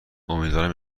امیدوارم